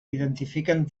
identifiquen